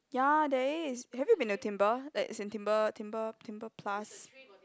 ya there is have you been to Timbre as in Timbre Timbre Timbre plus